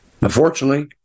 Unfortunately